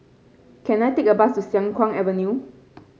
can I take a bus to Siang Kuang Avenue